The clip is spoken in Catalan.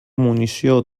munició